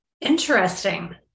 Interesting